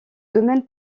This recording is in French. domaine